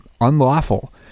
unlawful